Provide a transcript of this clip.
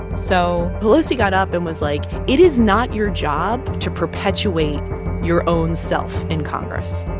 so. pelosi got up and was like, it is not your job to perpetuate your own self in congress.